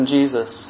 Jesus